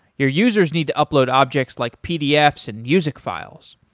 your users need to upload objects like pdfs and music files.